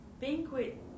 banquet